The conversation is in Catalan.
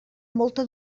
molta